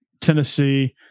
Tennessee